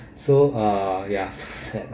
so uh ya sad